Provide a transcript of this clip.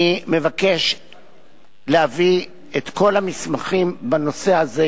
אני מבקש להביא את כל המסמכים בנושא הזה,